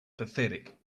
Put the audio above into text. pathetic